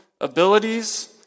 abilities